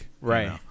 Right